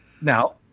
Now